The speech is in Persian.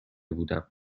بودم